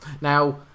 Now